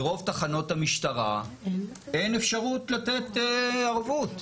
ברוב תחנות המשטרה אין אפשרות לתת ערבות.